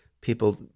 people